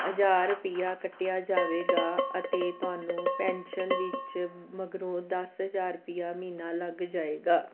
ਹਜ਼ਾਰ ਰੁਪਈਆ ਕੱਟਿਆ ਜਾਵੇਗਾ ਅਤੇ ਤੁਹਾਨੂੰ ਪੈਨਸ਼ਨ ਵਿੱਚ ਮਗਰੋਂ ਦਸ ਹਜ਼ਾਰ ਰੁਪਈਆ ਮਹੀਨਾ ਲੱਗ ਜਾਵੇਗਾ